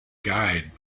guide